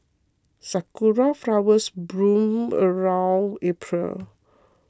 sakura flowers bloom around April